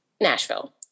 Nashville